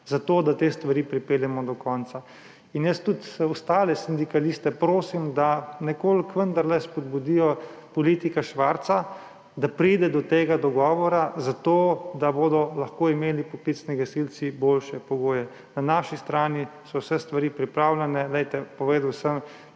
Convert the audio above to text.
zato da te stvari pripeljemo do konca. Tudi ostale sindikaliste prosim, da nekoliko vendarle spodbudijo politika Švarca, da pride do tega dogovora, zato da bodo lahko imeli poklicni gasilci boljše pogoje. Na naši strani so vse stvari pripravljene. Povedal sem,